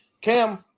cam